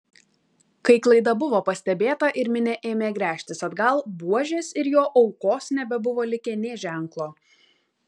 kai klaida buvo pastebėta ir minia ėmė gręžtis atgal buožės ir jo aukos nebebuvo likę nė ženklo